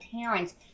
parents